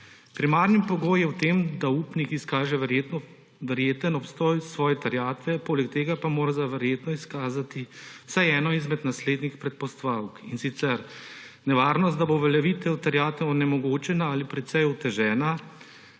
Primarni pogoj je v tem, da upnik izkaže verjeten obstoj svoje terjatve, poleg tega pa mora za verjetno izkazati vsaj eno izmed naslednjih predpostavk, in sicer nevarnost, da bo uveljavitev terjatev onemogočena ali precej otežena,